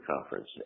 conference